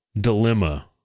dilemma